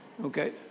Okay